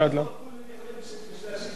כולם מייצגים את שר